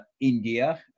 India